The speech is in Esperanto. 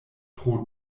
pro